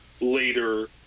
later